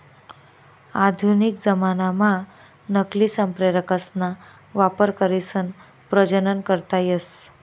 आधुनिक जमानाम्हा नकली संप्रेरकसना वापर करीसन प्रजनन करता येस